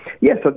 Yes